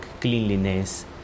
cleanliness